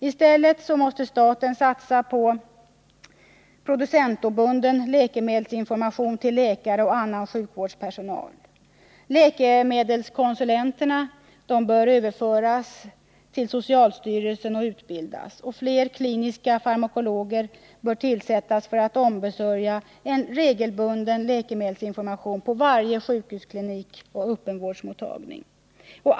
I stället måste staten satsa på producentobunden läkemedelsinformation till läkare och annan sjukvårdspersonal. Läkemedelskonsulenterna bör överföras till socialstyrelsen och utbildas. Fler kliniska farmakologer bör tillsättas för att ombesörja en regelbunden läkemedelsinformation på varje sjukhusklinik och öppenvårdsmottagning.